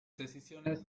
decisiones